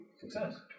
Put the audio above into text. Success